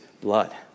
blood